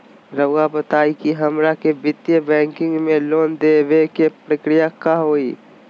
रहुआ बताएं कि हमरा के वित्तीय बैंकिंग में लोन दे बे के प्रक्रिया का होई?